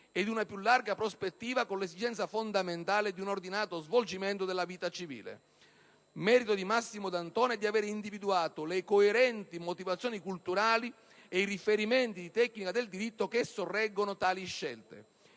in una più larga prospettiva, con l'esigenza fondamentale di un ordinato svolgimento della vita civile. Merito di Massimo D'Antona è di aver individuato le coerenti motivazioni culturali e i riferimenti di tecnica del diritto che sorreggono tali scelte.